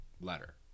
letter